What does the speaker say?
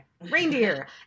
reindeer